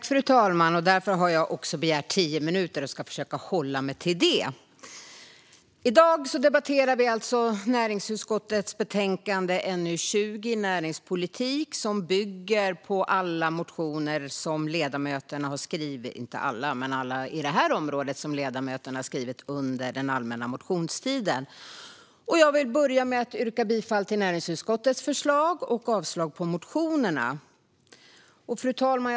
Fru talman! Jag har begärt tio minuters talartid och ska försöka hålla mig till det. I dag debatterar vi alltså näringsutskottets betänkande NU20 Näringspolitik , som bygger på de motioner på området som ledamöterna har skrivit under allmänna motionstiden. Jag vill inleda med att yrka bifall till näringsutskottets förslag och avslag på motionerna. Fru talman!